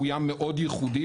שהוא ים מאוד ייחודי,